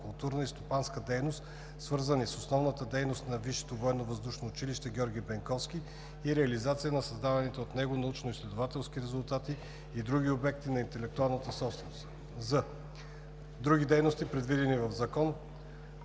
културна и стопанска дейност, свързани с основната дейност на Висшето военновъздушно училище „Георги Бенковски“, и реализацията на създаваните от него научноизследователски резултати и други обекти на интелектуалната собственост; з) други дейности, предвидени в закон,